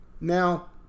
Now